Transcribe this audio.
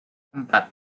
empat